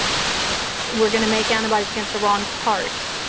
we're going to make antibodies against the wrong parts.